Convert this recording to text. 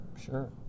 Sure